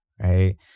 Right